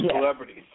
celebrities